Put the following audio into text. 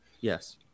Yes